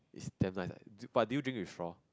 its damn nice lah but do you drink with straw